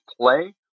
play